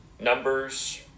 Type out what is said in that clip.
Numbers